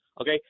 okay